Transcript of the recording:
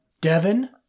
Devon